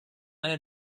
eine